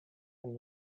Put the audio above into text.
and